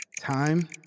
Time